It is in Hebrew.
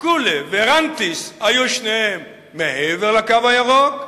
וקולה ורנטיס היו שתיהן מעבר ל"קו הירוק",